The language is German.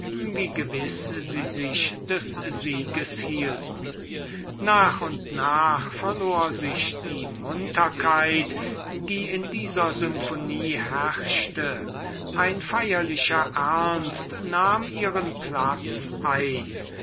wie gewiß sie sich des sieges hielten nach und nach verlor sich die munterkeit die in dieser symphonie herrschte ein feierlicher ernst nahm ihren platz ein